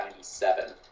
1997